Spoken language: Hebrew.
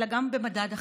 אלא גם במדד החמלה.